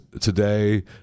today